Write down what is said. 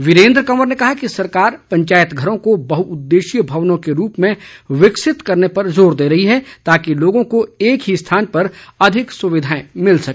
वीरेंद्र कंवर ने कहा कि सरकार पंचायत घरों को बहु उद्देशीय भवनों के रूप में विकसित करने पर जोर दे रही है ताकि लोगों को एक ही स्थान पर अधिक सुविधाएं मिल सके